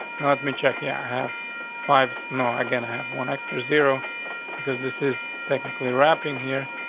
not me. check. yeah, i have five. no, again have one extra zero because this is technically wrapping here.